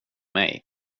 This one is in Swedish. mig